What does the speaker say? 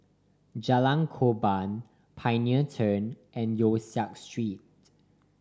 Jalan Korban Pioneer Turn and Yong Siak Street